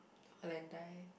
fall and die